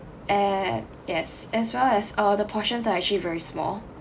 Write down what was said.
at yes as well as uh the portions are actually very small